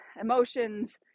emotions